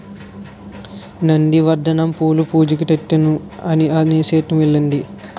నంది వర్ధనం పూలు పూజకి తెత్తాను అనేసిఅమ్మ ఎల్లింది